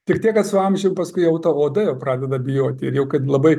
tik tiek kad su amžium paskui jau ta oda jau pradeda bijoti ir jau kad labai